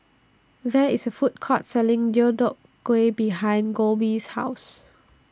There IS A Food Court Selling Deodeok Gui behind Kolby's House